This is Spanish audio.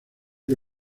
que